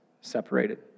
separated